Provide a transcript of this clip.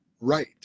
right